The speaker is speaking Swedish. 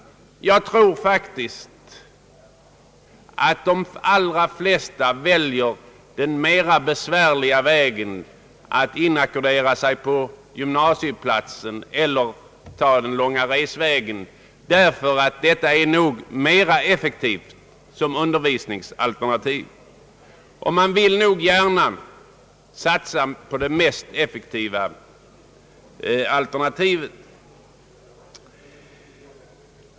De allra flesta väljer nog den besvärligare metoden att inackordera sig på gymnasieorten celler att acceptera en lång resväg, ty den metoden ger bättre möjligheter att tillgodogöra sig undervisningen, och man vill gärna satsa på det effektivaste alternativet.